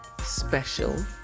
special